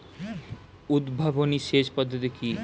উদ্ভাবনী সেচ পদ্ধতি কি?